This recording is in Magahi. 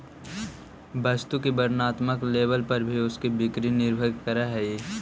वस्तु की वर्णात्मक लेबल पर भी उसकी बिक्री निर्भर करअ हई